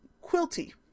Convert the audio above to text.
Quilty